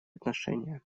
отношения